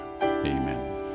Amen